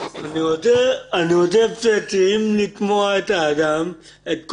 אני רוצה ש --- לשמוע את האדם, את קולו,